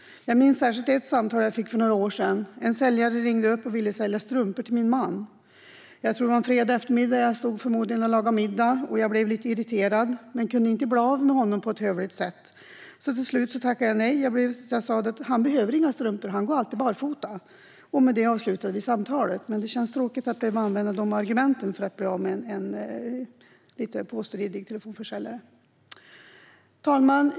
Jag minns särskilt ett samtal som jag fick för några år sedan. En säljare ringde och ville sälja strumpor till min man. Jag tror att det var en fredag eftermiddag, och jag stod förmodligen och lagade middag. Jag blev lite irriterad, men kunde inte bli av med försäljaren på ett hövligt sätt. Till slut tackade jag nej och sa att han inte behöver några strumpor eftersom han alltid går barfota. Med detta avslutades samtalet, men det känns tråkigt att behöva använda de argumenten för att bli av med en påstridig försäljare. Fru talman!